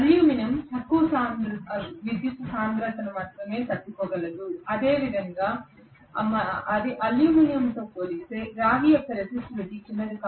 aluminium తక్కువ విద్యుత్తు సాంద్రతను మాత్రమే తట్టుకోగలదు మరియు అదేవిధంగా అల్యూమినియంతో పోలిస్తే రాగి యొక్క రెసిస్టివిటీ చిన్నది